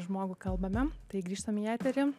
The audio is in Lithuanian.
žmogų kalbame tai grįžtam į eterį